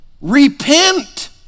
Repent